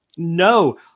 No